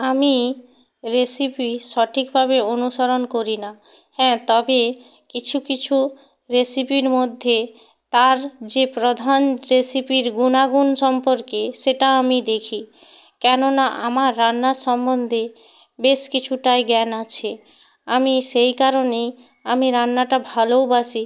আমি রেসিপি সঠিকভাবে অনুসরণ করি না হ্যাঁ তবে কিছু কিছু রেসিপির মধ্যে তার যে প্রধান রেসিপির গুণাগুণ সম্পর্কে সেটা আমি দেখি কেননা আমার রান্নার সম্বন্ধে বেশ কিছুটাই জ্ঞান আছে আমি সেই কারণেই আমি রান্নাটা ভালোবাসি